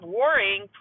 worrying